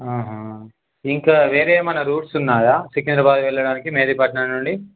ఆహ ఇంకా వేరేమైనా రూట్స్ ఉన్నాయాా సికింద్రాబాద్ వెళ్ళడానికి మెహదీపట్నం నుండి